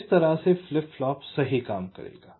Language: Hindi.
तो इस तरह से फ्लिप फ्लॉप सही काम करेगा